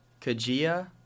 Kajia